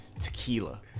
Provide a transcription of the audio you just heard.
tequila